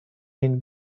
این